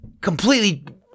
completely